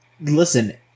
listen